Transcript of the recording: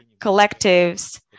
collectives